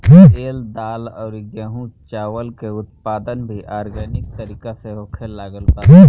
तेल, दाल अउरी गेंहू चावल के उत्पादन भी आर्गेनिक तरीका से होखे लागल बा